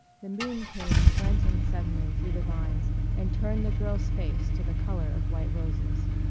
the moon came slanting suddenly through the vines and turned the girl's face to the color of white roses.